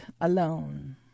alone